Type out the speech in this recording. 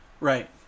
Right